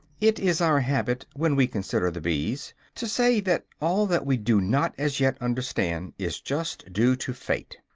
it is our habit, when we consider the bees, to say that all that we do not as yet understand is just due to fate,